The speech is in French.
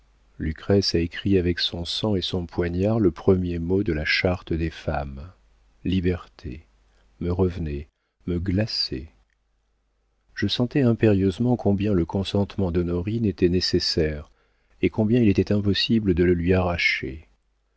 lucrèce a écrit avec son sang et son poignard le premier mot de la charte des femmes liberté me revenait me glaçait je sentais impérieusement combien le consentement d'honorine était nécessaire et combien il était impossible de le lui arracher